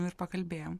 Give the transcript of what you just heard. ir pakalbėjom